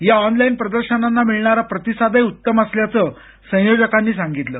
या ऑनलाईन प्रदर्शनांना मिळणार प्रतिसादही उतम असल्याचं संयोजकांनी सांगितलं